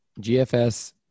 GFS